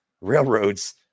railroads